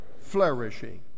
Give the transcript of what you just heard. flourishing